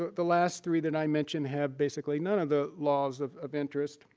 the last three that i mentioned have basically none of the laws of of interest.